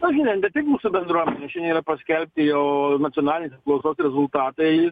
na žiūrin ne tik mūsų bendruomenė šiandien yra paskelbti jau nacionalinės apklausos rezultatai